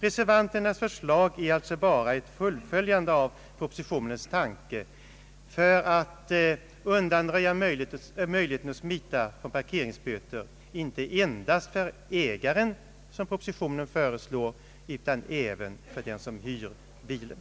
Reservanternas förslag är alltså bara ett fullföljande av propositionens tankegång för att undanröja möjligheterna att smita från parkeringsböter inte endast för ägaren — som propositionen föreslår — utan även för den som hyr bilen.